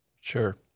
Sure